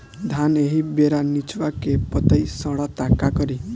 धान एही बेरा निचवा के पतयी सड़ता का करी?